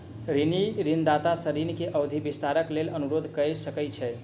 ऋणी ऋणदाता सॅ ऋण के अवधि विस्तारक लेल अनुरोध कय सकै छै